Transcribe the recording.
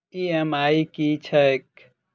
EMI की छैक?